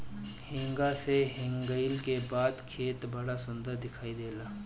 हेंगा से हेंगईले के बाद खेत बड़ा सुंदर दिखाई देला